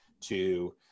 to-